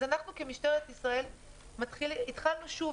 אז אנחנו כמשטרת ישראל התחלנו שוב,